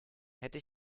hätte